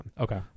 Okay